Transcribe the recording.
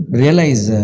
realize